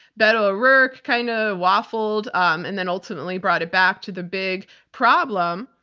beto o'rourke kind of waffled um and then ultimately brought it back to the big problem,